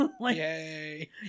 Yay